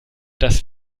dass